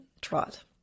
trot